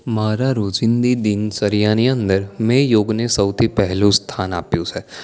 મારા રોજિંદી દિનચર્યાની અંદર મેં યોગને સૌથી પહેલું સ્થાન આપ્યું છે